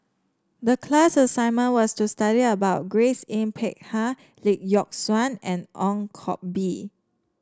the class assignment was to study about Grace Yin Peck Ha Lee Yock Suan and Ong Koh Bee